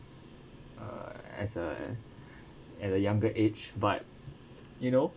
uh as uh at at a younger age but you know